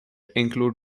include